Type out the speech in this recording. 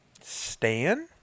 Stan